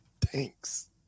Thanks